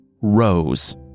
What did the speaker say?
rose